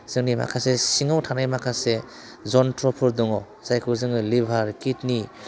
जोंनि माखासे सिङाव थानाय माखासे जन्त्र'फोर दङ जायखौ जोङो लिभार किडनी